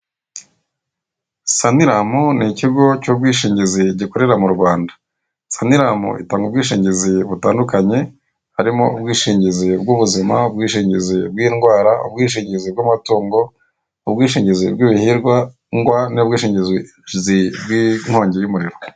Sanilamu n'ikigo cy'ubwishingizi gikorera mu Rwanda, sanilamu itanga ubwishingizi butandukanye harimo, ubwingizi bw'ubuzima, ubwishingizi bw'indwara, ubwishingizi bw'amatungo, ubwishingizi bw'ibihingwa n'ubwishingizi bw'inkongi y'umuriro.